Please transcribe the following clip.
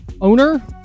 owner